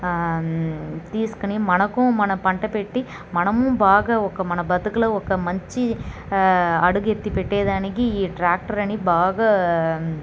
తీసుకుని మనకు మన పంట పెట్టి మనం బాగా ఒక మన బతుకులో ఒక మంచి అడుగెత్తి పెట్టేదానికి ఈ ట్రాక్టరని బాగా